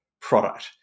product